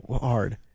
hard